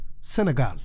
Senegal